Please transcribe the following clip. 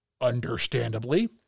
Understandably